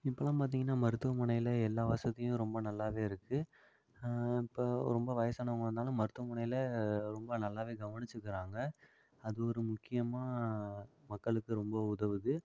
இப்போல்லாம் பார்த்திங்கன்னா மருத்துவமனையில் எல்லா வசதியும் ரொம்ப நல்லாவே இருக்குது இப்ப ரொம்ப வயசானவங்க இருந்தாலும் மருத்துவமனையில் ரொம்ப நல்லாவே கவனிச்சிக்கிறாங்கள் அது ஒரு முக்கியமாக மக்களுக்கு ரொம்ப உதவுது